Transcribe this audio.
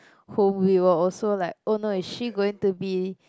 who we will also like oh no is she going to be